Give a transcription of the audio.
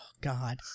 God